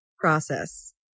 process